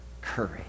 courage